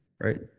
right